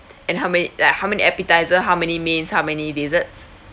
and how many like how many appetiser how many mains how many desserts